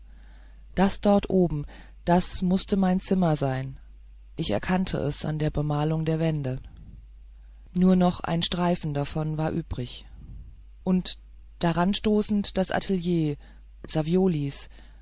das dort oben das mußte mein zimmer sein ich erkannte es an der bemalung der wände nur noch ein streifen davon war übrig und daranstoßend das atelier